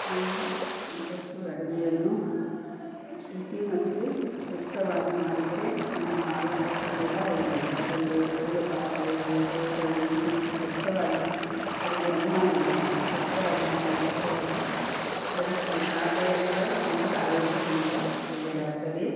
ನಾವು ಆದಷ್ಟು ಅಡುಗೆಯನ್ನು ಶುಚಿ ಮತ್ತು ಸ್ವಚ್ಛವಾಗಿ ಮಾಡಿದರೆ ನಮ್ಮ ಆರೋಗ್ಯಕ್ಕೂ ಕೂಡ ಒಳ್ಳೆಯದು ಯಾಕಂದರೆ ಒಳ್ಳೆಯ ಪಾತ್ರೆ ಒಳ್ಳೆಯ ಕೈಗಳು ಈ ರೀತಿ ಸ್ವಚ್ಛವಾಗಿ ಅಡುಗೆಯನ್ನು ಮಾಡ್ಬೇಕು ನಾವು ಸ್ವಚ್ಛವಾಗಿ ಮಾಡಿ ಸ್ವಚ್ಛವಾಗಿ ಬಡಿಸಬೇಕು ಆದ್ದರಿಂದ ನಮಗೆ ಆರೋಗ್ಯ ತುಂಬ ಒಳ್ಳೆಯದಾಗ್ತದೆ